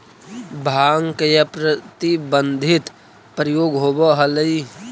भाँग के अप्रतिबंधित प्रयोग होवऽ हलई